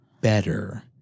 better